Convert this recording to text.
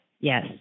Yes